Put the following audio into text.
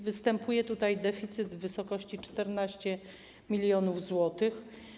Występuje tutaj deficyt w wysokości 14 mln zł.